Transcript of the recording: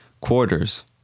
Quarters